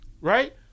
right